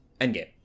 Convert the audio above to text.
Endgame